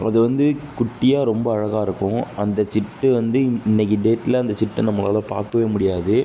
அது வந்து குட்டியாக ரொம்ப அழகாக இருக்கும் அந்த சிட்டு வந்து இன்னிக்கி டேட்டில் அந்த சிட்டை நம்மளால் பார்க்கவே முடியாது